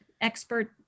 expert